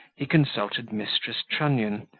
he consulted mrs. trunnion,